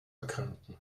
erkranken